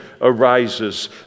arises